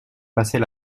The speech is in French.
passait